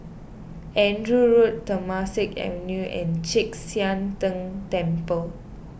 Andrew Road Temasek Avenue and Chek Sian Tng Temple